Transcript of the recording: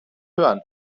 hören